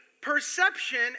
perception